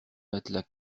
matelas